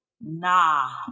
nah